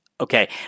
okay